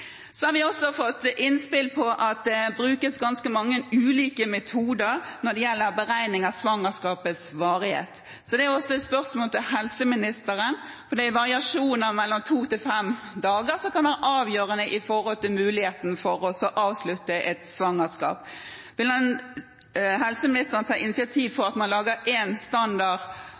Vi har fått innspill om at det brukes ganske mange ulike metoder når det gjelder beregning av svangerskapets varighet. Variasjoner mellom to og fem dager kan være avgjørende for muligheten for å avslutte et svangerskap, så et spørsmål til helseministeren er om han vil ta initiativ til én standardmetode som